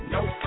Nope